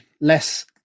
less